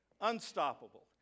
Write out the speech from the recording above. Unstoppable